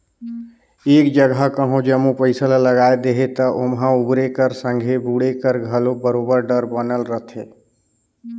एक जगहा कहों जम्मो पइसा ल लगाए देहे ता ओम्हां उबरे कर संघे बुड़े कर घलो बरोबेर डर बनल रहथे